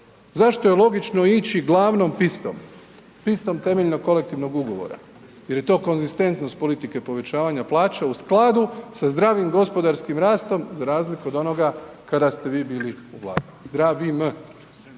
Zašto je logično ići glavnom pistom, pistom temeljnog kolektivnog ugovora? Jer je to konzistentno s politike povećavanja plaća u skladu sa zdravim gospodarskim rastom za razliku do onoga kada ste vi bili u Vladi, zdravim.